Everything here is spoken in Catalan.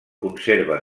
conserva